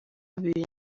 bibiri